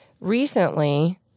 recently